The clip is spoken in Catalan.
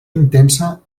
intensa